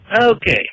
okay